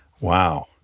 Wow